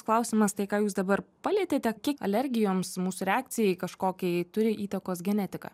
klausimas tai ką jūs dabar palietėte kiek alergijoms mūsų reakcijai kažkokiai turi įtakos genetika